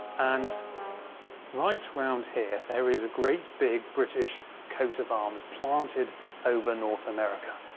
and right round here there is a great big british coat of arms planted over north america.